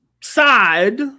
side